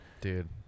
Dude